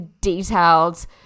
detailed